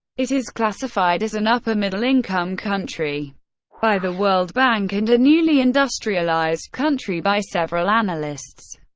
it is classified as an upper-middle income country by the world bank and a newly industrialized country by several analysts.